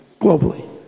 globally